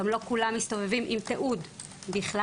גם לא כולם מסתובבים עם תיעוד בכלל,